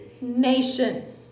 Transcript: nation